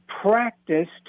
practiced